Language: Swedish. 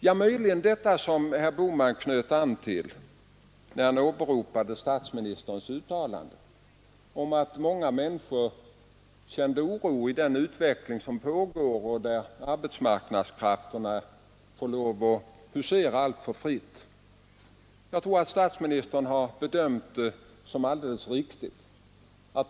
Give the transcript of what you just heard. — Jo, möjligen detta som herr Bohman knöt an till när han åberopade statsministerns uttalande om att många människor känner oro inför den utveckling som pågår där arbetsmarknadskrafterna får lov att husera alltför fritt. Jag tror att statsministern har bedömt läget alldeles riktigt.